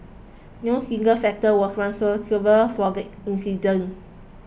no single factor was for the incident